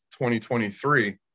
2023